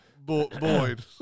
Boyd